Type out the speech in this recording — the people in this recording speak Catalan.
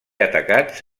atacats